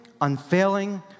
unfailing